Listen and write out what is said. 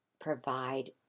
provide